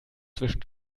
zwischen